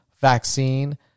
vaccine